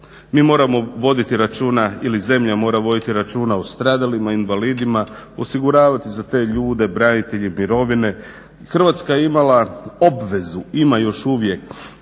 mi moramo voditi računa ili zemlja mora voditi računa o stradalima, invalidima, osiguravati za te ljude branitelje mirovine i Hrvatska je imala obvezu, ima još uvijek,